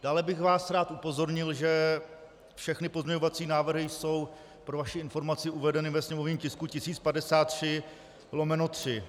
Dále bych vás rád upozornil, že všechny pozměňovací návrhy jsou pro vaši informaci uvedeny ve sněmovním tisku 1053/3.